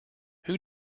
who